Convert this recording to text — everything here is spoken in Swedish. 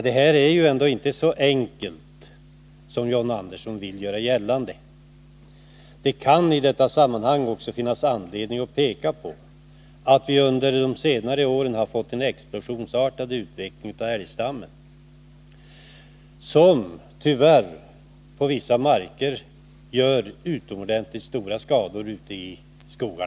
Det här är inte så enkelt som John Andersson vill göra gällande. Det kan i detta sammanhang också finnas anledning att peka på den under senare år explosionsartade ökningen av älgstammen, som på vissa håll gör utomordentligt stor skada i skogen.